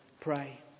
pray